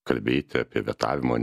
kalbėti apie vetavimą